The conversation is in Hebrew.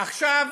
עכשיו,